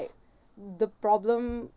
the problem